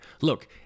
look